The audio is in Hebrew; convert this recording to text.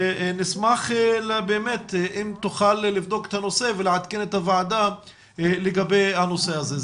נשמח אם תוכל לבדוק את הנושא ולעדכן את הוועדה לגבי הנושא הזה.